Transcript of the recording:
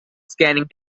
scanning